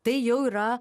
tai jau yra